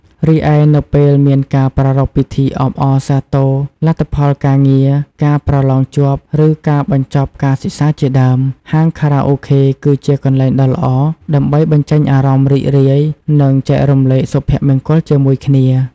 រីឯ នៅពេលមានការប្រារព្ធពិធីអបអរសារទរលទ្ធផលការងារ ការប្រឡងជាប់ ឬការបញ្ចប់ការសិក្សាជាដើម ហាងខារ៉ាអូខេគឺជាកន្លែងដ៏ល្អដើម្បីបញ្ចេញអារម្មណ៍រីករាយ និងចែករំលែកសុភមង្គលជាមួយគ្នា។